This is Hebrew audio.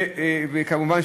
וכמובן,